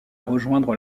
rejoindre